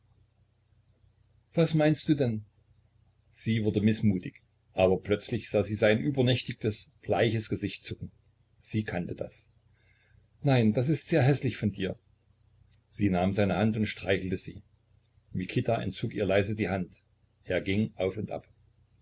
was meinst du denn sie wurde mißmutig aber plötzlich sah sie sein übernächtigtes bleiches gesicht zucken sie kannte das nein das ist sehr häßlich von dir sie nahm seine hand und streichelte sie mikita entzog ihr leise die hand er ging auf und ab